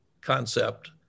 concept